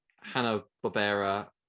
Hanna-Barbera